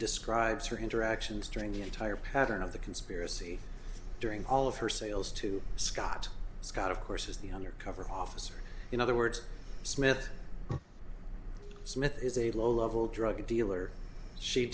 describes her interactions during the entire pattern of the conspiracy during all of her sales to scott scott of course is the undercover officer in other words smith smith is a low level drug dealer she